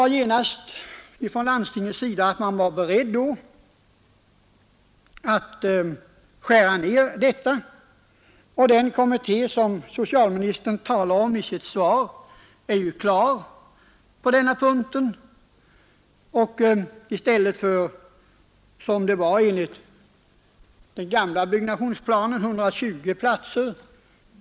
Från landstingets sida förklarade man sig genast beredd att sköra ned anläggningen. Den kommitté som socialministern talade om i sitt svar är iu klar på denna punkt - man har kommit överens om 90 platser. I den gamla byggnationsplanen var det 120 platser.